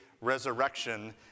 resurrection